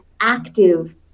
active